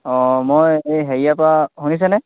অঁ মই এই হেৰিয়াৰপৰা শুনিছেনে